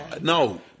No